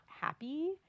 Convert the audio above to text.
happy